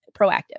proactive